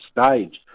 stage